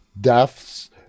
deaths